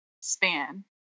span